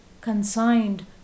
consigned